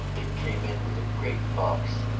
dick came in with a great box.